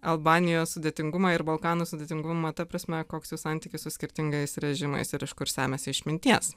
albanijos sudėtingumą ir balkanų sudėtingumą ta prasme koks jų santykis su skirtingais režimais ir iš kur semiasi išminties